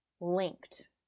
linked